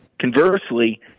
Conversely